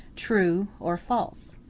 true or false.